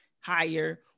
higher